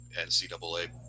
NCAA